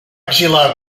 exiliar